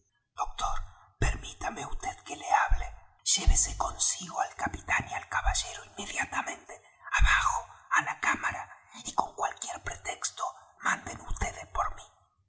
doctor permítame vd que le hable llévese consigo al capitán y al caballero inmediatamente abajo á la cámara y con cualquier pretexto manden vds por mí